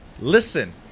listen